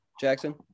Jackson